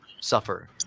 suffer